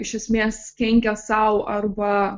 iš esmės kenkia sau arba